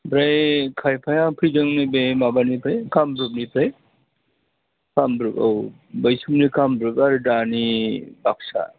ओमफ्राय खायफाया फैदों नैबे माबानिफ्राय कामरुपनिफ्राय कामरुप औ बै समनि कामरुप आरो दानि बाकसा